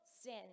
sin